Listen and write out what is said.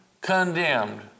condemned